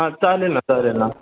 हां चालेल ना चालेल ना